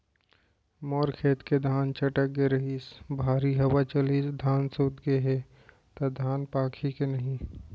मोर खेत के धान छटक गे रहीस, भारी हवा चलिस, धान सूत गे हे, त धान पाकही के नहीं?